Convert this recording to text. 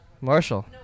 Marshall